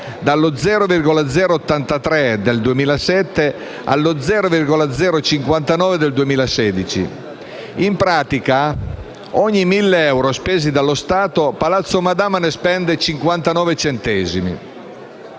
(dallo 0,083 del 2007 allo 0,059 del 2016; in pratica, per ogni mille euro spesi dallo Stato, Palazzo Madama spende 59 centesimi).